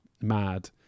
mad